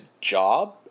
job